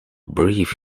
brief